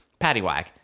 Paddywhack